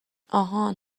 آهان